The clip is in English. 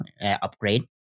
upgrade